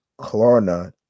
Klarna